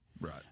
Right